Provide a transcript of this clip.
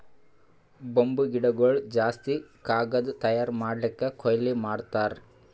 bamboo ಗಿಡಗೊಳ್ ಜಾಸ್ತಿ ಕಾಗದ್ ತಯಾರ್ ಮಾಡ್ಲಕ್ಕೆ ಕೊಯ್ಲಿ ಮಾಡ್ತಾರ್